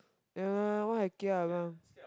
uh what I gia about